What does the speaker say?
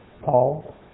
Paul